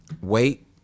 wait